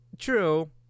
True